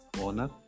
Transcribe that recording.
owner